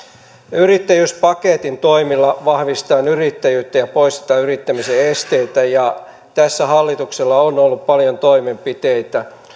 yrittäjyyspaketin toimilla vahvistetaan yrittäjyyttä ja poistetaan yrittämisen esteitä ja tässä hallituksella on ollut paljon toimenpiteitä